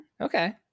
Okay